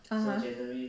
(uh huh)